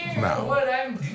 No